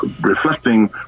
reflecting